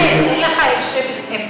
בדיוק.